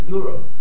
Europe